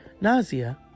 nausea